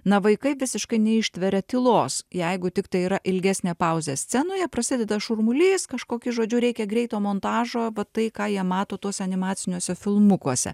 na vaikai visiškai neištveria tylos jeigu tiktai yra ilgesnė pauzė scenoje prasideda šurmulys kažkoki žodžiu reikia greito montažo va tai ką jie mato tuose animaciniuose filmukuose